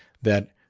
that,